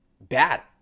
bad